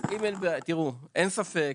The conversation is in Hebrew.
תראו, אין ספק,